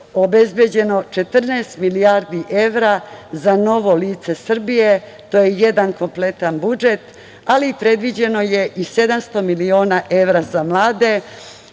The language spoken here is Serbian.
obezbeđeno 14 milijardi evra za novo lice Srbije. To je jedan kompletan budžet, ali predviđeno je i 700 miliona evra za mlade,